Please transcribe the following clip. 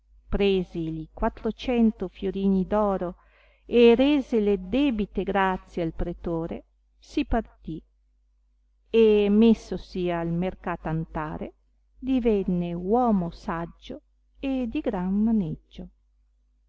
presi li quattrocento fiorini d oro e rese le debite grazie al pretore si partì e messosi al mercatantare divenne uomo saggio e di gran maneggio